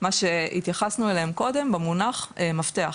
שהתייחסנו אליהם קודם במונח מפתח.